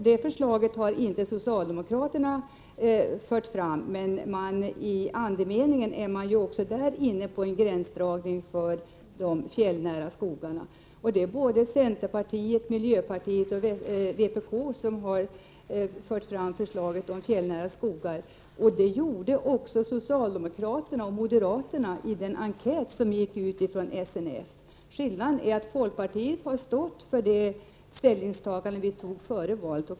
Detta förslag har inte socialdemokraterna fört fram, men också de är inne på en gränsdragning beträffande de fjällnära skogarna. Centerpartiet, miljöpartiet och vpk har fört fram förslaget om fjällnära skogar, men det gjorde även socialdemokraterna och moderaterna i den enkät som gick ut från SNF. Skillnaden är att folkpartiet efter valet har stått fast vid sitt ställningstagande före valet.